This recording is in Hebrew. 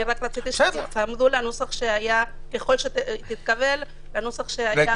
אני רק מבקשת שתיצמדו, ככול שזה יתקבל, לנוסח שהיה